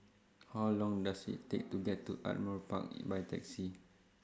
How Long Does IT Take to get to Ardmore Park By Taxi